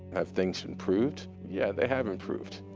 have things improved? yeah, they have improved.